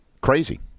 crazy